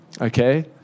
okay